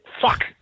fuck